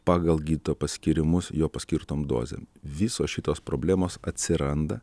pagal gydytojo paskyrimus jo paskirtom dozėm visos šitos problemos atsiranda